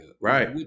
right